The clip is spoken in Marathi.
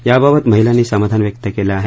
याबाबत महिलांनी समाधान व्यक्त केलं आहे